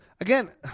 again